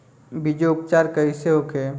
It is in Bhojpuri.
बीजो उपचार कईसे होखे?